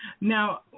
Now